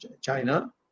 China